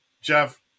Jeff